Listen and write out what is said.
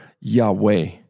Yahweh